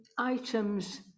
Items